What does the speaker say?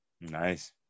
Nice